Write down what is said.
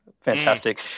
Fantastic